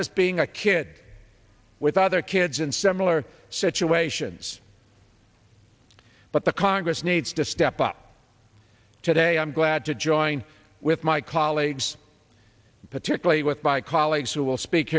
just being a kid with other kids in similar situations but the congress needs to step up today i'm glad to join with my colleagues particularly with by colleagues will speak